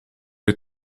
les